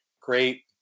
great